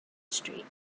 street